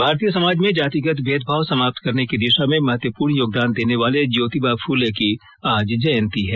भारतीय समाज में जातिगत भेदभाव समाप्त करने की दिशा में महत्वपूर्ण योगदान देने वाले ज्योतिबा फुले की आज जयंती है